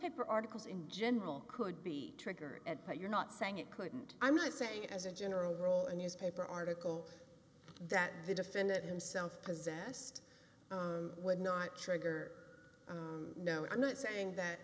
paper articles in general could be triggered at but you're not saying it couldn't i'm not saying as a general rule a newspaper article that the defendant himself possessed would not trigger no i'm not saying that